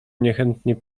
niechętnie